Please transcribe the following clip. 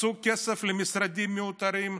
מצאו כסף למשרדים מיותרים,